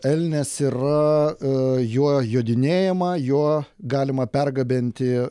elnias yra juo jodinėjama juo galima pergabenti